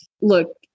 look